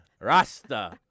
Rasta